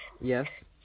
Yes